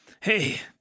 Hey